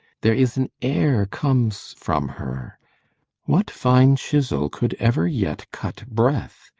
there is an air comes from her what fine chisel could ever yet cut breath?